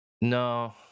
No